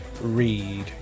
read